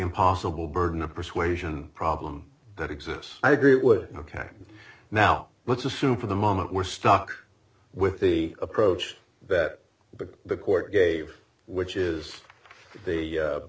impossible burden of persuasion problem that exists i agree it would attack now let's assume for the moment we're stuck with the approach that the court gave which is the